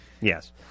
Yes